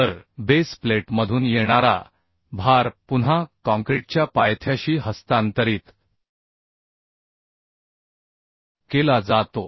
तर बेस प्लेटमधून येणारा भार पुन्हा काँक्रीटच्या पायथ्याशी हस्तांतरित केला जातो